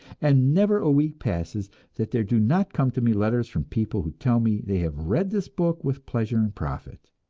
and never a week passes that there do not come to me letters from people who tell me they have read this book with pleasure and profit,